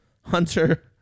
hunter